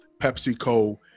PepsiCo